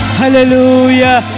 hallelujah